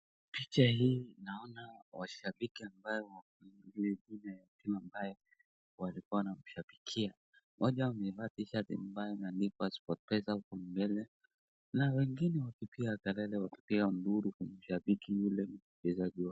Picha hii naona washabiki ambao wamekuja ambao walikuwa wanamshabikia, mmoja amevaa tishati ambayo imeandikwa sportpesa huku mbele, na wengine wakipiga kelele wakipiga nduru kumshabiki yule mchezaji wao.